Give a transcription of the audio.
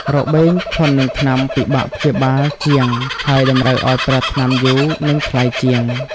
របេងធន់នឹងថ្នាំពិបាកព្យាបាលជាង ហើយតម្រូវឱ្យប្រើថ្នាំយូរ និងថ្លៃជាង។